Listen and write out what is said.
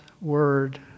word